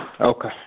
Okay